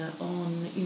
on